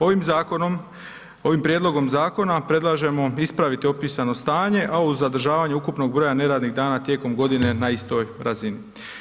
Ovim zakonom, ovim prijedlogom zakona predlažemo ispraviti opisano stanje, a uz zadržavanje ukupnog broja neradnih dana tijekom godine na istoj razini.